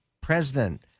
president